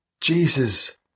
Jesus